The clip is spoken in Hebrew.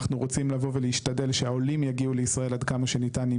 אנחנו רוצים לבוא ולהשתדל שהעולים יבואו לישראל עד כמה שניתן עם